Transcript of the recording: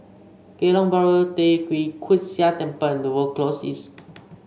Geylang Bahru Tee Kwee Hood Sia Temple and were Close East